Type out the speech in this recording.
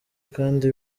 kandi